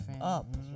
up